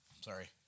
Sorry